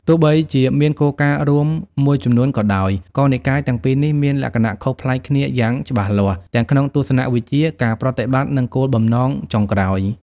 ទោះបីជាមានគោលការណ៍រួមមួយចំនួនក៏ដោយ ក៏និកាយទាំងពីរនេះមានលក្ខណៈខុសប្លែកគ្នាយ៉ាងច្បាស់លាស់ ទាំងក្នុងទស្សនៈវិជ្ជា ការប្រតិបត្តិ និងគោលបំណងចុងក្រោយ។